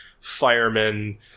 firemen